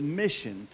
mission